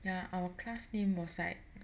ya our class name was like